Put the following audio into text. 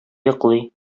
йоклый